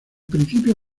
principio